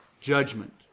judgment